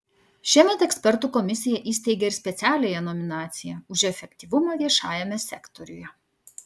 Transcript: šiemet ekspertų komisija įsteigė ir specialiąją nominaciją už efektyvumą viešajame sektoriuje